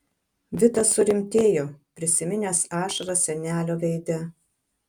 vitas surimtėjo prisiminęs ašaras senelio veide